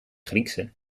griekse